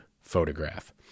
photograph